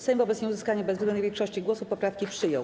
Sejm wobec nieuzyskania bezwzględnej większości głosów poprawki przyjął.